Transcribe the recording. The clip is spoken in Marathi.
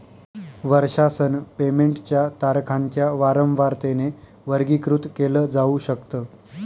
वर्षासन पेमेंट च्या तारखांच्या वारंवारतेने वर्गीकृत केल जाऊ शकत